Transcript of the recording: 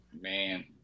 Man